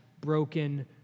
broken